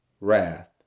Wrath